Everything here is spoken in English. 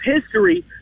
history